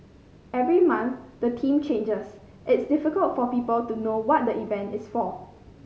every month the theme changes it's difficult for people to know what the event is for